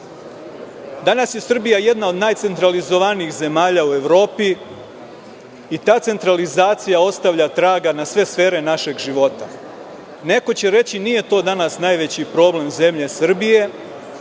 Danas je Srbija jedna od najcentralizovanijih zemalja u Evropi i ta centralizacija ostavlja traga na sve sfere našeg života. Neko će reći – nije to danas najveći problem zemlje Srbije,